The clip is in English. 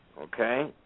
Okay